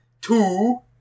two